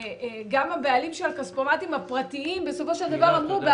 גם הבעלים של הכספומטים הפרטיים בסופו של דבר אמרו,